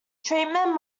treatment